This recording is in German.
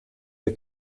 der